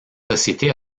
société